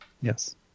Yes